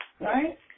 Right